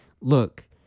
Look